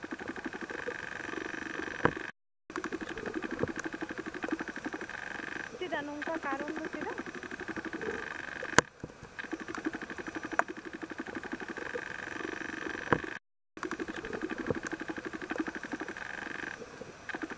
ᱪᱮᱫᱟᱜ ᱱᱚᱝᱠᱟ ᱠᱟᱨᱚᱱ ᱫᱚ ᱪᱮᱫᱟᱜ